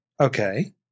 Okay